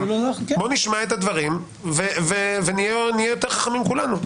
בואו נשמע את הדברים ונהיה יותר חכמים כולנו.